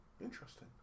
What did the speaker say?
Interesting